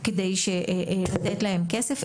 כדי לתת להם כסף,